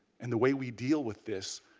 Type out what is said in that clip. and the way we deal with this,